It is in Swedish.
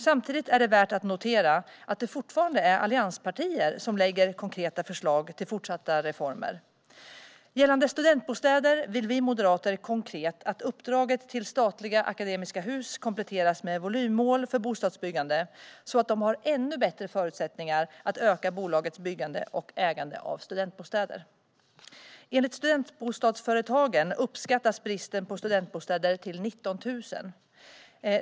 Samtidigt är det värt att notera att det fortfarande är allianspartier som lägger fram konkreta förslag till fortsatta reformer. Gällande studentbostäder vill vi moderater konkret att uppdraget till statliga Akademiska Hus kompletteras med volymmål för bostadsbyggande så att de har ännu bättre förutsättningar att öka bolagets byggande och ägande av studentbostäder. Enligt Studentbostadsföretagen uppskattas bristen på studentbostäder till 19 000.